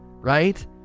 Right